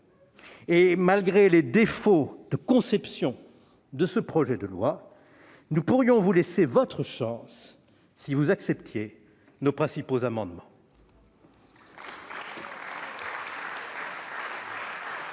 Malgré les défauts de conception de ce projet de loi, nous pourrions vous laisser votre chance si vous acceptiez nos principaux amendements.